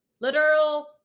literal